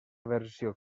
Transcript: versió